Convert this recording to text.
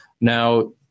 Now